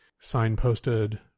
signposted